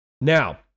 Now